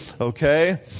okay